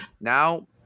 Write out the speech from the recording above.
Now –